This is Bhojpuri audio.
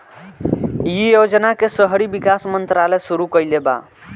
इ योजना के शहरी विकास मंत्रालय शुरू कईले बा